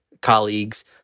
colleagues